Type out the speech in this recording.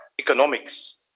economics